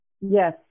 Yes